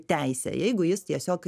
teise jeigu jis tiesiog